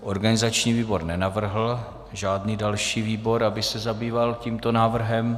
Organizační výbor nenavrhl žádný další výbor, aby se zabýval tímto návrhem.